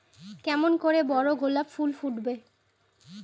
কেমন করে বড় গোলাপ ফুল ফোটাব?